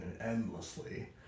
endlessly